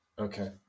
Okay